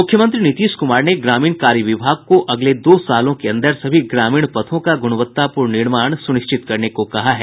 मुख्यमंत्री नीतीश कुमार ने ग्रामीण कार्य विभाग को अगले दो सालों के अंदर सभी ग्रामीण पथों का ग्रणवत्तापूर्ण निर्माण सुनिश्चित करने को कहा है